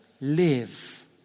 live